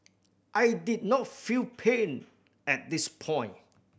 I did not feel pain at this point